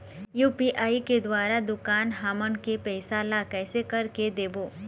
UPI के द्वारा दुकान हमन के पैसा ला कैसे कर के देबो?